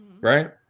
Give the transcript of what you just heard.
right